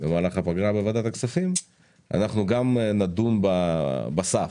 במהלך הפגרה, אנחנו גם נדון בסף.